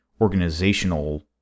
organizational